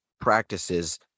practices